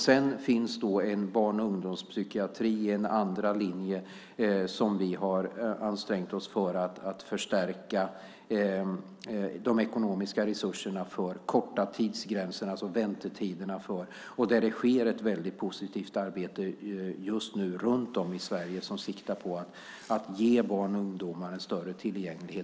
Sedan finns en barn och ungdomspsykiatri i en andra linje som vi har ansträngt oss för att förstärka de ekonomiska resurserna för. Vi har också kortat tidsgränserna, det vill säga väntetiderna. Det sker ett positivt arbete just nu runt om i Sverige som siktar på att ge barn och ungdomar en större tillgänglighet.